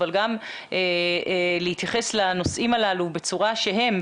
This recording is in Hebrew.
אבל גם להתייחס לנושאים הללו בצורה שהם,